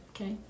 Okay